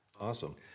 Awesome